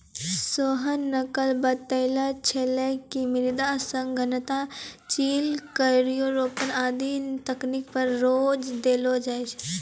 सोहन न कल बताय छेलै कि मृदा सघनता, चिजल, क्यारी रोपन आदि तकनीक पर जोर देलो जाय छै